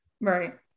Right